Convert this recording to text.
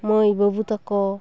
ᱢᱟᱹᱭ ᱵᱟᱹᱵᱩ ᱛᱟᱠᱚ